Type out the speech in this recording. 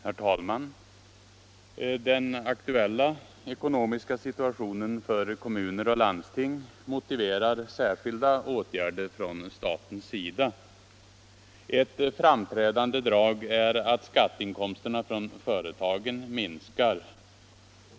Herr talman! Den aktuella ekonomiska situationen för kommuner och landsting motiverar särskilda åtgärder från statens sida. Ett framträdande drag är att skatteinkomsterna från företagen minskar.